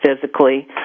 physically